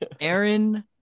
Aaron